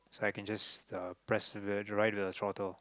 so I can just uh press then ride the throttle